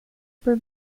por